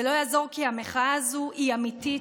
זה לא יעזור, כי המחאה הזו היא אמיתית